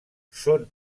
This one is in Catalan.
són